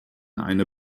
eine